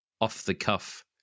off-the-cuff